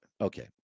Okay